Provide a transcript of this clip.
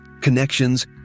connections